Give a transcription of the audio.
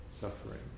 suffering